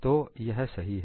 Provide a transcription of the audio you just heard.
तो यह सही है